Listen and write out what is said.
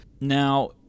Now